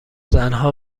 زنها